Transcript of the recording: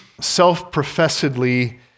self-professedly